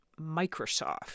Microsoft